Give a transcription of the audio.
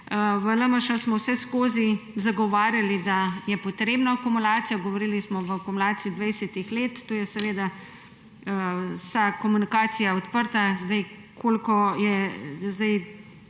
V LMŠ smo vseskozi zagovarjali, da je potrebna akumulacija, govorili smo o akumulaciji dvajsetih let, tu je seveda vsa komunikacija odprta,